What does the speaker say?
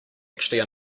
actually